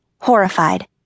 horrified